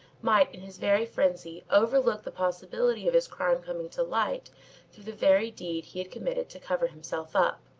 might in his very frenzy overlook the possibility of his crime coming to light through the very deed he had committed to cover himself up.